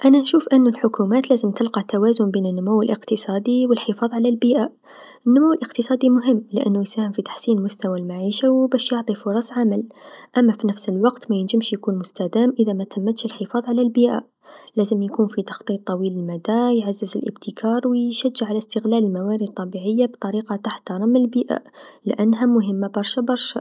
انا نشوف أنو الحكومات لازم تلقى توازن بين النمو الإقتصادي و الحفاظ على البيئه، النمو الإقتصادي مهم لأنو يساهم في مستوى المعيشه و باش يعطي فرص عمل، أما في نفس الوقت مينجمش يكون مستدام إذا متمتش الحفاظ على البيئه، لازم يكون في تخطيط طويل المدى، يعزز الإبتكار و يشجع على إستغلال الموارد الطبيعيه بطريقه تحترم البيئه لأنها مهمه برشا برشا.